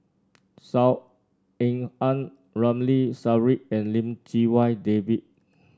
Saw Ean Ang Ramli Sarip and Lim Chee Wai David